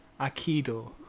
Aikido